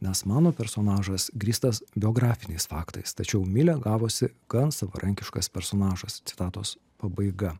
nes mano personažas grįstas biografiniais faktais tačiau milė gavosi gan savarankiškas personažas citatos pabaiga